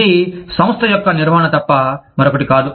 ఇది సంస్థ యొక్క నిర్వహణ తప్ప మరొకటి కాదు